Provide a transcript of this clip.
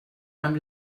amb